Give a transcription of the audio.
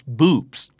boobs